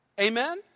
Amen